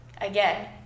again